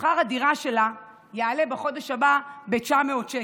ששכר הדירה שלה יעלה בחודש הבא ב-900 שקל,